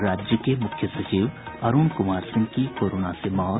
और राज्य के मुख्य सचिव अरुण कुमार सिंह की कोरोना से मौत